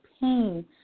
pain